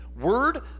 word